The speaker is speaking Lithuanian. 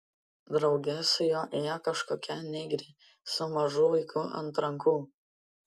drauge su juo ėjo kažkokia negrė su mažu vaiku ant rankų